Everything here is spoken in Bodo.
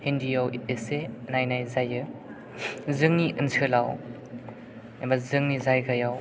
हिन्दिआव एसे नायनाय जायो जोंनि ओनसोलाव एबा जोंनि जायगायाव